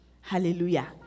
Hallelujah